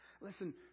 Listen